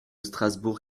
strasbourg